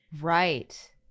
Right